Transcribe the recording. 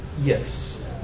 Yes